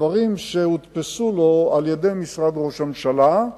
דברים שהודפסו לו על-ידי משרד ראש הממשלה,